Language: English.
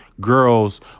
girls